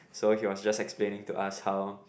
so he was just explaining to us how